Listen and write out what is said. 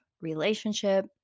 relationship